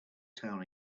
town